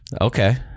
Okay